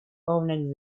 owned